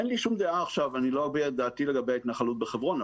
אין לי שום דעה לגבי ההתנחלות בחברון,